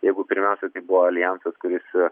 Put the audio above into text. jeigu pirmiausia tai buvo aljansas kuris